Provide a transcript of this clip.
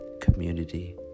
community